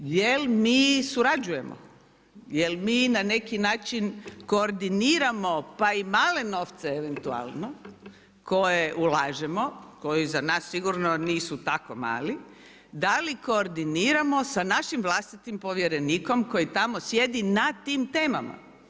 Jel' mi surađujemo, jel' mi na neki način koordiniramo pa i male novce eventualno koje ulažemo, koji za nas sigurno nisu tako mali, da li koordiniramo sa našim vlastitim povjerenikom koji tamo sjedi na tim temama.